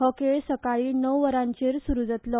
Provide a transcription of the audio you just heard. हो खेळ सकाळी णव वरांचेर सुरू जातलो